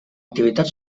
activitat